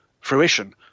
fruition